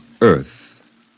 Earth